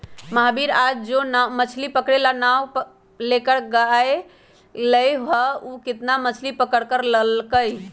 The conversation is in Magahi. महावीर आज जो मछ्ली पकड़े ला नाव लेकर गय लय हल ऊ कितना मछ्ली पकड़ कर लल कय?